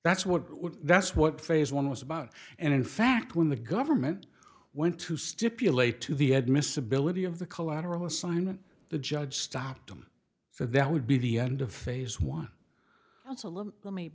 that's what that's what phase one was about and in fact when the government went to stipulate to the admissibility of the collateral assignment the judge stopped them so that would be the end of phase one that's a l